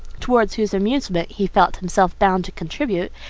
towards whose amusement he felt himself bound to contribute,